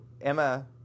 Emma